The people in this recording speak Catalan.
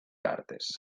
cartes